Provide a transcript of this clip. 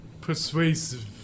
persuasive